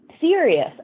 serious